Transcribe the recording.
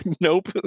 nope